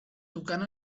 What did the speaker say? tocant